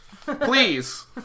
please